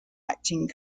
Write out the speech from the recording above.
acting